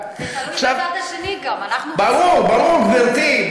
זה תלוי גם בצד השני, אנחנו, ברור, ברור, גברתי.